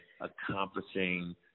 accomplishing